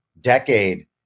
decade